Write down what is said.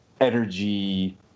energy